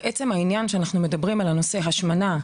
כשאנחנו מגדירים את זה כמחלה,